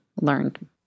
learned